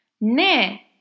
ne